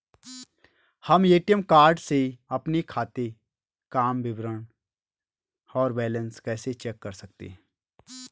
हम ATM card से अपने खाते काम विवरण और बैलेंस कैसे चेक कर सकते हैं?